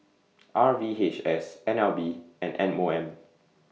R V H S N L B and M O M